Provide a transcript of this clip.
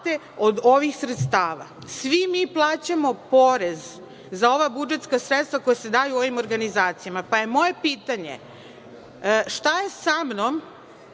od ovih sredstava. Svi mi plaćamo porez za ova budžetska sredstva koja se daju ovim organizacijama. Moje pitanje je - šta je sa mnom